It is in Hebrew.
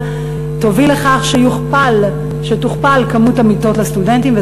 יובילו להכפלת כמות המיטות לסטודנטים,